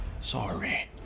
Sorry